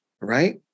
right